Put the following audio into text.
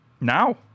now